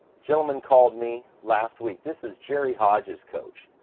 gentlemen called me last week. this is jerry hodge's coach.